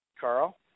Carl